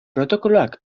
protokoloak